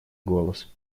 голос